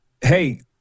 Hey